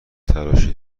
تراشی